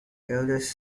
eldest